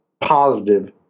positive